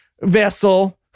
vessel